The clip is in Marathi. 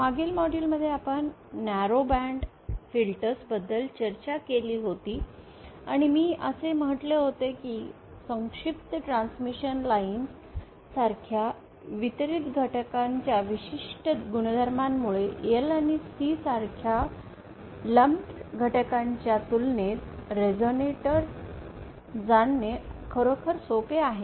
मागील मॉड्यूल्समध्ये आपण न्यारो बँड फिल्टर्स बद्दल चर्चा केली होती आणि मी असे म्हटले होते की संक्षिप्त ट्रान्समिशन लाइन सारख्या वितरित घटकांच्या विशिष्ट गुणधर्मांमुळे L आणि C सारख्या ढेकलेल्या घटकांच्या तुलनेत रेझोनेटर जाणणे खरोखर सोपे आहे